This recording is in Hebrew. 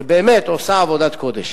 שבאמת עושה עבודת קודש.